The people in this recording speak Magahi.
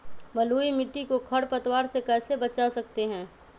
बलुई मिट्टी को खर पतवार से कैसे बच्चा सकते हैँ?